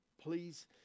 Please